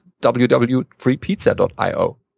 www.freepizza.io